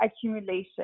accumulation